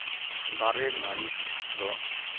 ᱫᱟᱨᱮ ᱱᱟᱹᱲᱤ ᱫᱚ